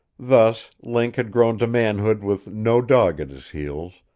thus, link had grown to manhood with no dog at his heels,